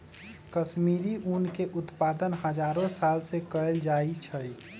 कश्मीरी ऊन के उत्पादन हजारो साल से कएल जाइ छइ